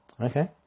Okay